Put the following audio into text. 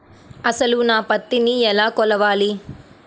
అసలు నా పత్తిని ఎలా కొలవాలి?